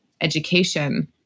education